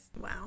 Wow